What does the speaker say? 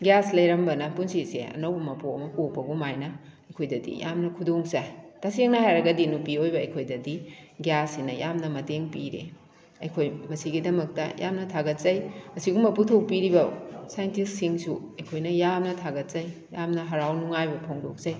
gas ꯂꯩꯔꯝꯕꯅ ꯄꯨꯟꯁꯤꯁꯦ ꯑꯅꯧꯕ ꯃꯄꯣꯛ ꯑꯃ ꯄꯣꯛꯄ ꯑꯗꯨꯃꯥꯏꯅ ꯑꯩꯈꯣꯏꯗꯗꯤ ꯌꯥꯝꯅ ꯈꯨꯗꯣꯡ ꯆꯥꯏ ꯇꯁꯦꯝꯅ ꯍꯥꯏꯔꯒꯗꯤ ꯅꯨꯄꯤ ꯑꯣꯏꯕ ꯑꯩꯈꯣꯏꯗꯗꯤ ꯒ꯭ꯌꯥꯁꯁꯤꯅ ꯌꯥꯝꯅ ꯃꯇꯦꯡ ꯄꯤꯔꯦ ꯑꯩꯈꯣꯏ ꯃꯁꯤꯒꯤꯗꯃꯛꯇ ꯌꯥꯝꯅ ꯊꯥꯒꯠꯆꯩ ꯑꯁꯤꯒꯨꯝꯕ ꯄꯨꯊꯣꯛꯄꯤꯔꯤꯕ ꯁꯥꯏꯟꯇꯤꯁꯁꯤꯡꯁꯨ ꯑꯩꯈꯣꯏꯅ ꯌꯥꯝꯅ ꯊꯥꯒꯠꯄꯩ ꯌꯥꯝꯅ ꯍꯔꯥꯎ ꯅꯨꯡꯉꯥꯏꯕ ꯐꯣꯡꯗꯣꯛꯆꯩ